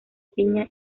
piña